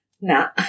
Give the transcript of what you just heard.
Nah